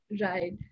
Right